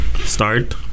Start